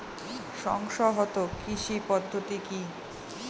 সুসংহত কৃষি পদ্ধতি কি?